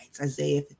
Isaiah